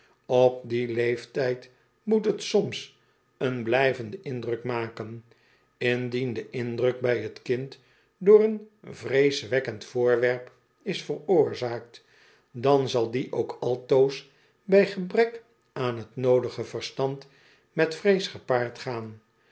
op dien ieeftyd moet j t soms een blijvenden indruk maken indien de indruk bij t kind door een vreeswekkend voorwerp is veroorzaakt dan zal die ook altoos bij gebrek aan t noodige verstand met vrees gepaard gaan